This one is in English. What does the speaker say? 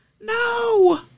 No